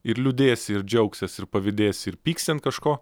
ir liūdėsi ir džiaugsies ir pavydėsi ir pyksi ant kažko